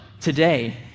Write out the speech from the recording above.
today